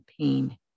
pain